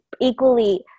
equally